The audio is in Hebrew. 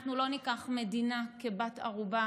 אנחנו לא ניקח מדינה כבת ערובה